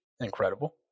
incredible